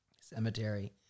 cemetery